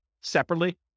separately